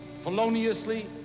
feloniously